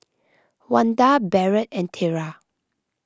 Wanda Barrett and Tera